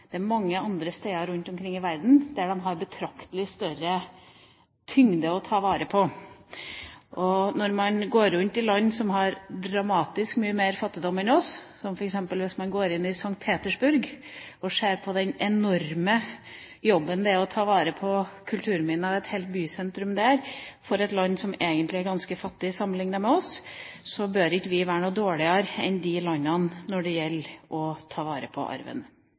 Det er mange andre steder rundt omkring i verden som har betraktelig større tyngde å ta vare på. Det er land som har dramatisk mye mer fattigdom enn oss – f.eks. kan man gå rundt i St. Petersburg og se den enorme jobben det er for et land som egentlig er ganske fattig sammenliknet med oss, å ta vare på kulturminnene i et helt bysentrum – og vi bør ikke være noe dårligere enn de landene når det gjelder å ta vare på arven.